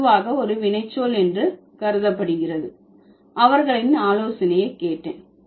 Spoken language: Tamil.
பொதுவாக ஒரு வினைச்சொல் என்று கருதப்படுகிறது அவர்களின் ஆலோசனையை கேட்டேன்